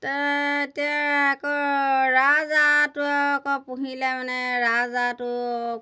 এতিয়া ৰাজহাঁহটো আকৌ পুহিলে মানে ৰাজহাঁহটো